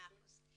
הסכום